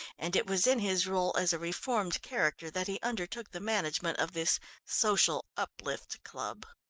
and it was in his role as a reformed character that he undertook the management of this social uplift club.